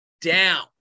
down